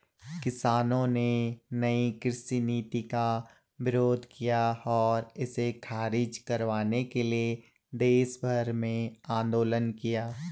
किसानों ने नयी कृषि नीति का विरोध किया और इसे ख़ारिज करवाने के लिए देशभर में आन्दोलन किया